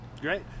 Great